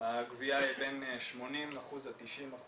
הגבייה היא בין 80% ל-90%